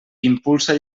impulsa